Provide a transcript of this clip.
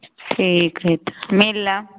ठीक हइ तऽ मिलब